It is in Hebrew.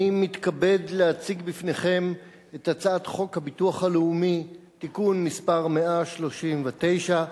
אני מתכבד להציג בפניכם את הצעת חוק הביטוח הלאומי (תיקון מס' 139),